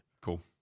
cool